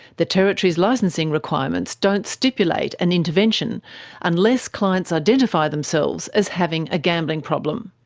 the territory's licensing requirements don't stipulate an intervention unless clients identify themselves as having a gambling problem.